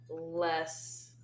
less